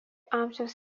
amžiaus